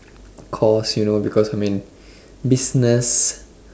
course you know because I'm in business